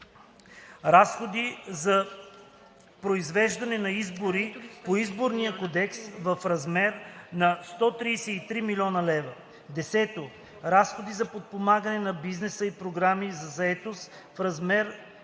Разходи за произвеждане на избори по Изборния кодекс в размер до 133 000,0 хил. лв. 10. Разходи за подпомагане на бизнеса и програми за заетост в размер